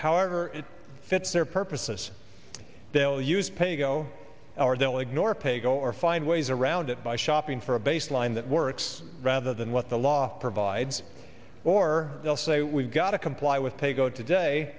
however it fits their purposes they'll use pay go or they'll ignore pay go or find ways around it by shopping for a baseline that works rather than what the law provides or they'll say we've got to comply with pay go today